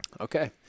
Okay